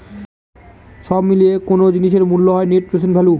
সব মিলিয়ে কোনো জিনিসের মূল্য হল নেট প্রেসেন্ট ভ্যালু